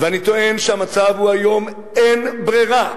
ואני טוען שהמצב היום, אין ברירה.